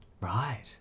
Right